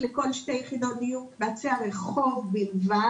לכל שתי יחידות הדיור לעצי הרחוב בלבד.